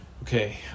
Okay